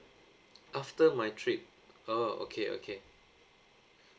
after my trip oh okay okay